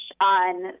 on